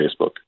Facebook